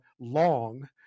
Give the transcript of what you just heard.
long